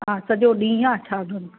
हा सॼो ॾींहं आहे छा कयूं